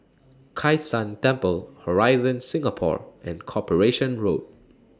Kai San Temple Horizon Singapore and Corporation Road